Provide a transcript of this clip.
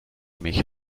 mich